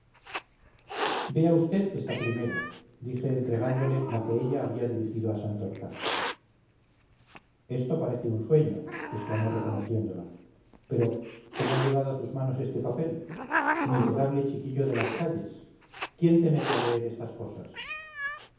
vea vd esta primera dije entregándole la que ella había dirigido a santorcaz esto parece un sueño exclamó reconociéndola pero cómo ha llegado a tus manos este papel miserable chiquillo de las calles quién te mete a leer estas cosas